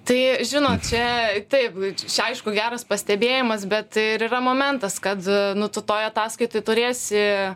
tai žinot čia taip čia aišku geras pastebėjimas bet ir yra momentas kad nu tu toj ataskaitoj turėsi